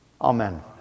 amen